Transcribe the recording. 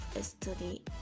study